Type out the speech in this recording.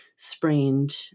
Sprained